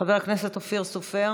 חבר הכנסת אופיר סופר,